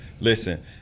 Listen